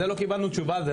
לא קיבלנו תשובה על זה,